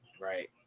right